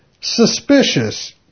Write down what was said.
suspicious